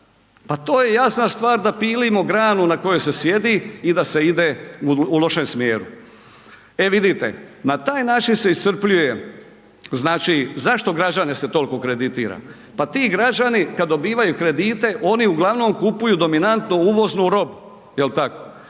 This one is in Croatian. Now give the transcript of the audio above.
pa to je jasna stvar da pilimo granu na kojoj se sjedi i da se ide u lošem smjeru. E vidite, na taj način se iscrpljuje. Znači, zašto građane se toliko kreditira? Pa ti građani kad dobivaju kredite oni uglavnom kupuju dominantnu uvoznu robu, jel tako,